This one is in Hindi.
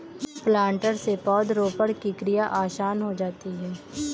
प्लांटर से पौधरोपण की क्रिया आसान हो जाती है